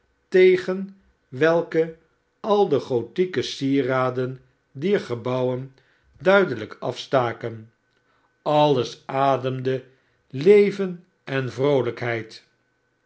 tegen welke al de gothieke sieraden dier gebouwen duidelijk afstaken alles ademde leven en vroolijkheid